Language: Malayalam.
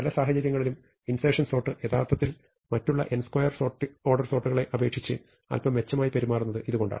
പല സാഹചര്യങ്ങളിലും ഇൻസെർഷൻ സോർട്ട് യഥാർത്ഥത്തിൽ മറ്റുള്ള n2 ഓർഡർ സോർട്ടുകളെ അപേക്ഷിച്ച് അൽപ്പം മെച്ചമായി പെരുമാറുന്നത് ഇതുകൊണ്ടാണ്